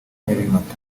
nyabimata